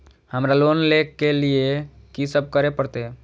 हमरा लोन ले के लिए की सब करे परते?